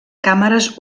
càmeres